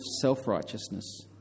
self-righteousness